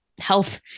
health